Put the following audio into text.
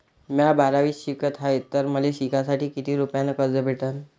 म्या बारावीत शिकत हाय तर मले शिकासाठी किती रुपयान कर्ज भेटन?